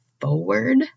forward